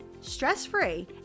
stress-free